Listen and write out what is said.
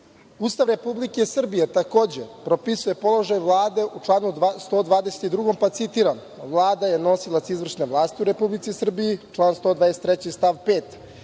Republike Srbije takođe propisuje položaj Vlade u članu 122, pa citiram: „Vlada je nosilac izvršne vlasti u Republici Srbiji“. Član 123. stav 5.